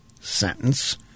sentence